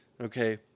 okay